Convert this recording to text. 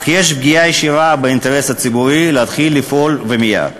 אך יש פגיעה ישירה באינטרס הציבורי להתחיל לפעול ומייד.